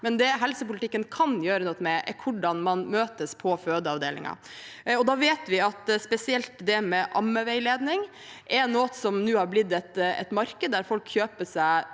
Det helsepolitikken derimot kan gjøre noe med, er hvordan man møtes på fødeavdelingen. Vi vet at spesielt ammeveiledning nå er noe som er blitt et marked, der folk kjøper seg